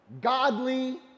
godly